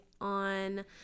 on